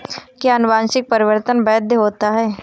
क्या अनुवंशिक परिवर्तन वैध होता है?